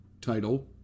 title